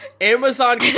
Amazon